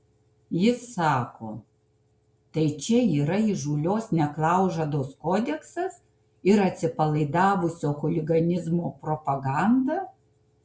jis sako tai čia yra įžūlios neklaužados kodeksas ir atsipalaidavusio chuliganizmo propaganda